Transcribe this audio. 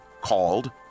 called